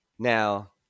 now